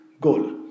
goal